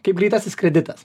kaip greitasis kreditas